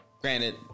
Granted